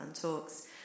talks